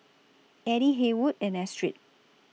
Eddie Haywood and Astrid